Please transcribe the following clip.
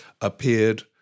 appeared